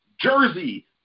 Jersey